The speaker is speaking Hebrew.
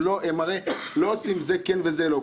הם הרי לא עושים זה כן וזה לא.